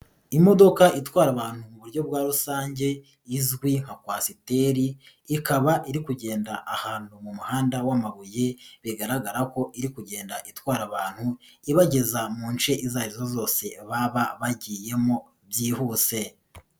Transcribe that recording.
Imodoka itwara abantu mu buryo bwa rusange izwi nka kwasiteri ikaba iri kugenda ahantu mu muhanda w'amabuye bigaragara ko iri kugenda itwara abantu ibageza mu nce izo arizo zose baba bagiyemo byihuse.